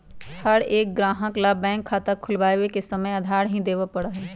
हर एक ग्राहक ला बैंक में खाता खुलवावे समय आधार देवे ही पड़ा हई